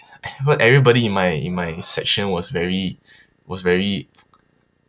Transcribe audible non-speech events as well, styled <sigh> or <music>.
even everybody in my in my section was very was very <noise>